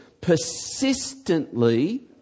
Persistently